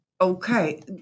Okay